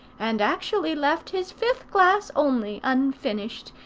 and actually left his fifth glass only, unfinished,